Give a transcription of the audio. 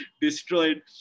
destroyed